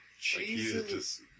Jesus